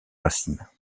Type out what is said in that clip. racine